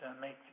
make